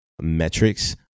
metrics